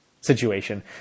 situation